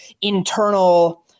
internal